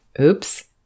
oops